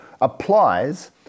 applies